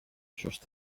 just